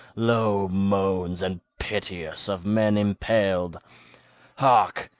low moans and piteous of men impaled hark,